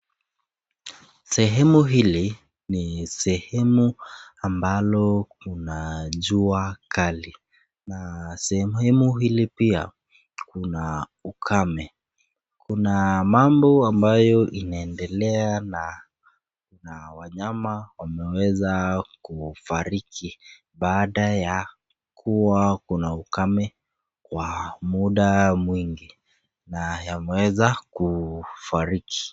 Sehemu hili ni sehemu ambalo kuna jua kali, na sehemu hili pia kuna ukame. Kuna wanyama wameweza kufariki baada ya kuwa kuna ukame kwa muda mwingi na wameweza kufariki.